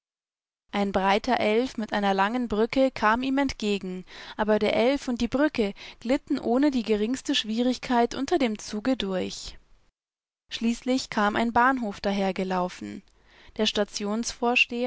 ein breiter elf mit einer langen brücke kam ihm entgegen aberderelfunddiebrückeglittenohnediegeringsteschwierigkeit unter dem zuge durch schließlich kam ein bahnhof dahergelaufen der